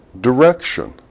direction